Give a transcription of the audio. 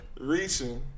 Reaching